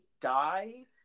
die